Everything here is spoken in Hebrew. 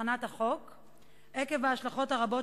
החלפתם ביניכם בהסכמה,